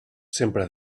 sempre